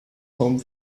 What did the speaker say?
home